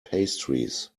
pastries